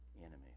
enemies